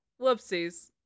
Whoopsies